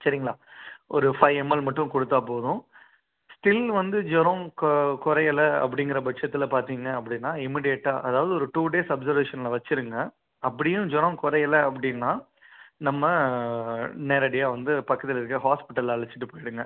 சரிங்களா ஒரு five ml மட்டும் கொடுத்தால் போதும் ஸ்டில் வந்து ஜொரம் கொ குறையல அப்படிங்கற பட்சத்தில பார்த்தீங்க அப்படின்னா இமிடியேட்டாக அதாவது ஒரு டூ டேஸ் அப்சர்வேஷன்ல வச்சுருங்க அப்படியும் ஜொரம் குறையலை அப்படின்னா நம்ம நேரடியாக வந்து பக்கத்தில இருக்க ஹாஸ்பிட்டல் அழச்சிட்டு போய்டுங்க